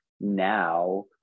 now